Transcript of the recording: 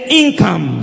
income